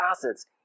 assets